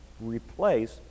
replace